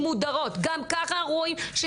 גם ככה אנחנו רואים שנשים מודרות,